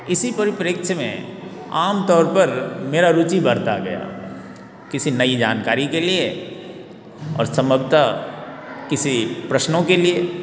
इसी परिप्रेक्ष में आमतौर पर मेरा रुची बढ़ता गया किसी नई जानकारी के लिए और सम्भवतः किसी प्रश्नों के लिए